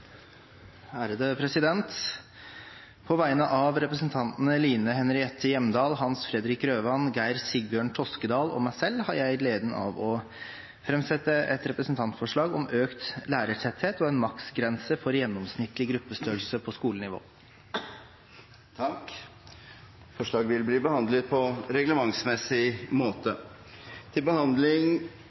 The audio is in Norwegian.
På vegne av representantene Line Henriette Hjemdal, Hans Fredrik Grøvan, Geir Sigbjørn Toskedal og meg selv har jeg gleden av å framsette et representantforslag om økt lærertetthet og en maksgrense for gjennomsnittlig gruppestørrelse på skolenivå. Forslaget vil bli behandlet på reglementsmessig måte.